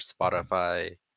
Spotify